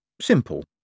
simple